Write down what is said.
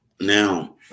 Now